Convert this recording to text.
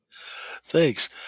Thanks